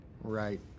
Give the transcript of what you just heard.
Right